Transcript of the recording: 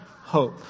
hope